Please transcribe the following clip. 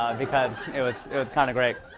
because it was kind of great.